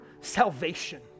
salvation